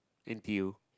n_t_u